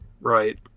Right